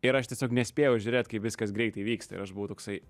ir aš tiesiog nespėjau žiūrėt kaip viskas greitai vyksta ir aš buvau toksai